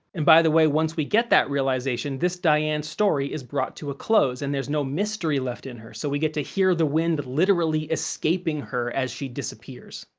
and by the way, once we get that realization, this diane's story is brought to a close and there's no mystery left in her, so we get to hear the wind literally escaping her as she disappears.